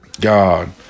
God